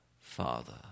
Father